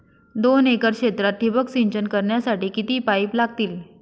दोन एकर क्षेत्रात ठिबक सिंचन करण्यासाठी किती पाईप लागतील?